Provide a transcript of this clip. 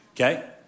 okay